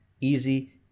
easy